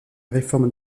réforme